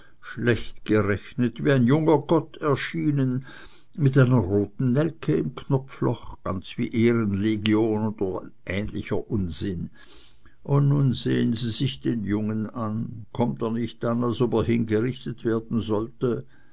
schlecht gerechnet wie ein junger gott erschienen mit einer roten nelke im knopfloch ganz wie ehrenlegion oder ein ähnlicher unsinn und nun sehen sie sich den jungen an kommt er nicht an als ob er hingerichtet werden sollte